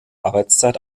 arbeitszeit